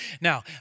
Now